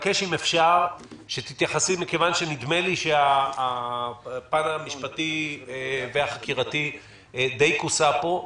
מכיוון שהפן המשפטי והחקירתי די כוסה פה,